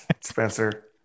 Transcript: Spencer